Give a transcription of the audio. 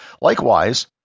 Likewise